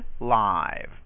live